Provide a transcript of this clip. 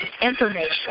Information